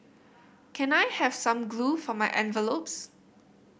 can I have some glue for my envelopes